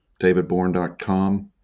davidborn.com